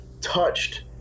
touched